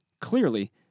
Clearly